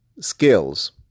skills